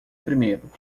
primeiro